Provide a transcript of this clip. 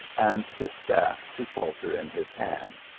and his staff to falter in his hand.